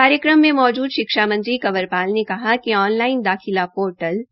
कार्यक्रम में मौजूद शिक्षा मंत्री कंवर पाल ने कहा कि ऑन लाइन दाखिला पोर्टल